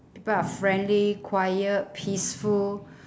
people are friendly quiet peaceful